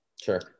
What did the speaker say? sure